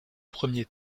premier